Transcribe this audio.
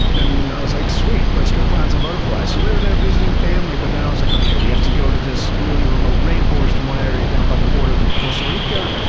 and i was like, sweet, let's go find some butterflies! so, we were there visiting family, but then i was like, okay, we have to go to this really remote rain forest in one area down by the border of costa rica.